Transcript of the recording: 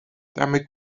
damit